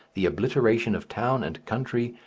the obliteration of town and country,